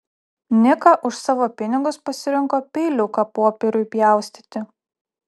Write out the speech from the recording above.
nika už savo pinigus pasirinko peiliuką popieriui pjaustyti